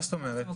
מה זאת אומרת?